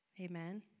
amen